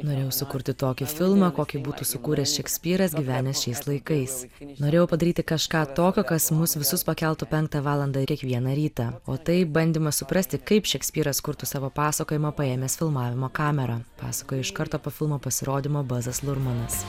norėjau sukurti tokį filmą kokį būtų sukūręs šekspyras gyvenęs šiais laikais norėjau padaryti kažką tokio kas mus visus pakeltų penktą valandą kiekvieną rytą o tai bandymas suprasti kaip šekspyras kurtų savo pasakojimą paėmęs filmavimo kamerą pasakojo iš karto po filmo pasirodymo bazas lurmanas